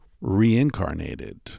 reincarnated